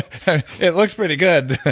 so it looks pretty good,